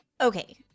Okay